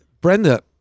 Brenda